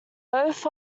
both